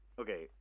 Okay